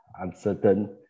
uncertain